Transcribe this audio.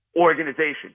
organization